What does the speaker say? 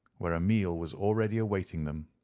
where a meal was already awaiting them.